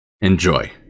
enjoy